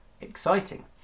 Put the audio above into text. exciting